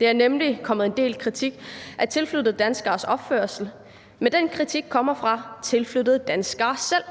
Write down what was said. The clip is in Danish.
Der er nemlig kommet en del kritik af tilflyttede danskeres opførsel, men den kritik kommer fra tilflyttede danskere selv.